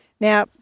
Now